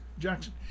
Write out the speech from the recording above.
jackson